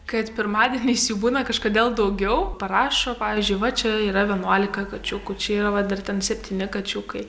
kad pirmadieniais jų būna kažkodėl daugiau parašo pavyzdžiui va čia yra vienuolika kačiukų čia yra vat dar ten septyni kačiukai